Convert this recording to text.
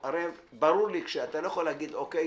הרי ברור לי אתה לא יכול להגיד, או.קיי.